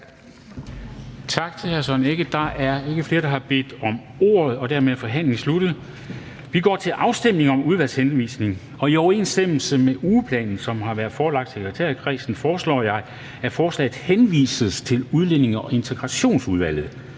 Tak til hr. Søren Egge Rasmussen. Der er ikke flere, der har bedt om ordet, og dermed er forhandlingen sluttet. Vi går til afstemning om udvalgshenvisning, og i overensstemmelse med ugeplanen, som har været forelagt sekretærkredsen, foreslår jeg, at forslaget henvises til Udlændinge- og Integrationsudvalget.